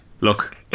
Look